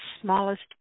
smallest